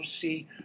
see